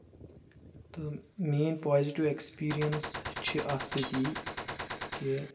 تہٕ میانۍ positive experience چھِ اَتھ سۭتی یی کہِ